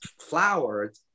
flowered